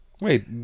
Wait